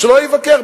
שלא יבקר.